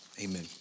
Amen